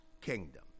kingdom